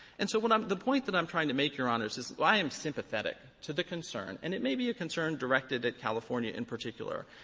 and so what i'm the point that i'm trying to make, your honors, is while i am sympathetic to the concern, and it may be a concern directed at california in particular,